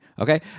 Okay